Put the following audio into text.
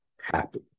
happy